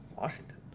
washington